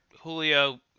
julio